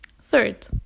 Third